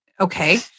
Okay